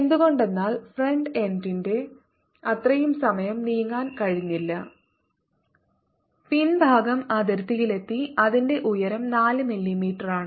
എന്തുകൊണ്ടെന്നാൽ ഫ്രണ്ട് എന്റിന് അത്രയും സമയം നീങ്ങാൻ കഴിഞ്ഞില്ല പിൻഭാഗം അതിർത്തിയിലെത്തി അതിന്റെ ഉയരം 4 മില്ലിമീറ്ററാണ്